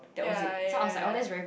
ya ya ya ya